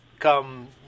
come